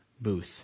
booth